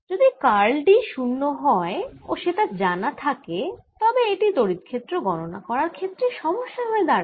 যদি curl D 0 হয় ও সেটা জানা থাকে তবে এটি তড়িৎ ক্ষেত্র গণনা করার ক্ষেত্রে সমস্যা হয়ে দাঁড়ায়